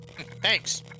Thanks